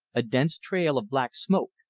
a dense trail of black smoke.